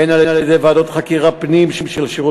בין על-ידי ועדות חקירת פנים של שירות